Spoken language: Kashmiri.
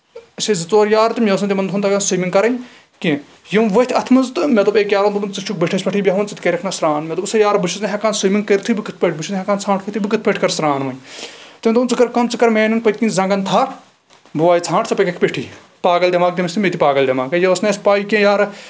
أسۍ ٲسۍ زٕ ژور یار تہٕ مےٚ اوس نہٕ تِمن دۄہَن تَگان سُوِمِنٛگ کَرٕنۍ کیٚنٛہہ یِم ؤتھ اَتھ منٛز تہٕ مےٚ دوٚپ أکۍ یارَن ژٕ چھُکھ بٔٹھِس پٮ۪ٹھٕے بیٚہوان ژٕ تہِ کَرکھ نا سرٛان مےٚ دوٚپُس ہے یارٕ بہٕ چھُس نہٕ ہٮ۪کان سُوِمِنٛگٕے کٔرِتھٕے بہٕ کِتھ پٲٹھۍ بہٕ چھُس نہٕ ہٮ۪کان ژَھانٛٹھ وٲتھٕے تہٕ بہٕ کِتھ پٲٹھۍ کَرٕ سرٛان وَن تٔمۍ دوٚپ ژٕ کر کٲم ژٕ کر میانٮ۪ن پٔتکِنۍ زنٛگن تھپھ بہٕ وایہِ ژَھانٛٹھ ژٕ پَککھ پیٹھٕی پاگل دٮ۪ماغ تٔمِس تہِ مےٚ تہِ پاگل دٮ۪ماغ یہِ اوس نہٕ اَسہِ پے کہِ یارٕ